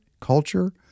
Culture